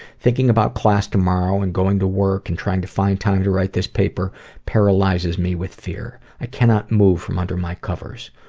thinking about class tomorrow and going to work and trying to find time to write this paper paralyzes me with fear. i cannot move from under my covers.